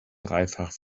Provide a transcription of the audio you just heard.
dreifach